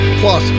plus